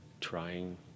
trying